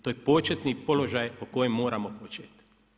To je početni položaj o kojem moramo početi.